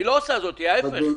היא לא עושה זאת, להפך.